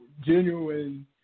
genuine